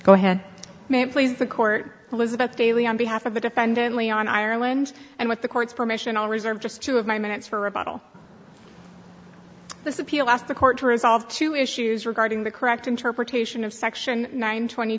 go ahead please the court was about daily on behalf of the defendant leon ireland and with the court's permission i'll reserve just two of my minutes for rebuttal this appeal asked the court to resolve two issues regarding the correct interpretation of section nine twenty